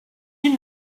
you